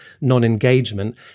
non-engagement